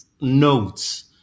notes